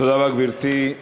תודה רבה, גברתי.